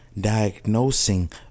diagnosing